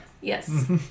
Yes